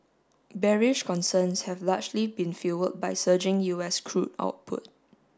bearish concerns have largely been fuelled by surging U S crude output